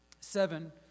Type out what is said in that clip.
Seven